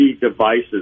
devices